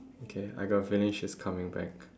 okay I got a feeling she is coming back